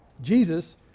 Jesus